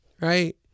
Right